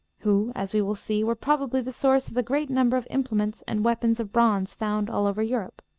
who, as we will see, were probably the source of the great number of implements and weapons of bronze found all over europe.